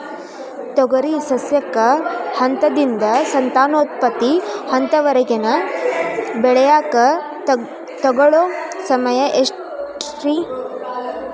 ತೊಗರಿ ಸಸ್ಯಕ ಹಂತದಿಂದ, ಸಂತಾನೋತ್ಪತ್ತಿ ಹಂತದವರೆಗ ಬೆಳೆಯಾಕ ತಗೊಳ್ಳೋ ಸಮಯ ಎಷ್ಟರೇ?